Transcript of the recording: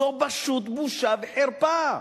זו פשוט בושה וחרפה.